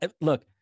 look